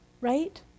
right